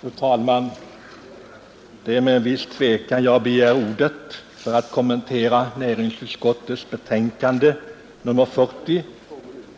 Fru talman! Det är med en viss tvekan jag begär ordet för att kommentera näringsutskottets betänkande nr 40.